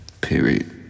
period